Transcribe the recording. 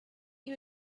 you